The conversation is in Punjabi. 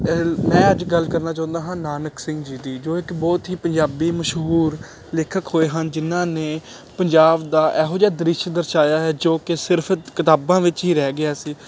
ਮੈਂ ਅੱਜ ਗੱਲ ਕਰਨਾ ਚਾਹੁੰਦਾ ਹਾਂ ਨਾਨਕ ਸਿੰਘ ਜੀ ਦੀ ਜੋ ਇੱਕ ਬਹੁਤ ਹੀ ਪੰਜਾਬੀ ਮਸ਼ਹੂਰ ਲੇਖਕ ਹੋਏ ਹਨ ਜਿਹਨਾਂ ਨੇ ਪੰਜਾਬ ਦਾ ਇਹੋ ਜਿਹਾ ਦ੍ਰਿਸ਼ ਦਰਸਾਇਆ ਹੈ ਜੋ ਕਿ ਸਿਰਫ ਕਿਤਾਬਾਂ ਵਿੱਚ ਹੀ ਰਹਿ ਗਿਆ ਸੀ